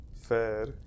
fair